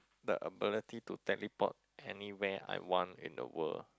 the ability to teleport anywhere I want in the world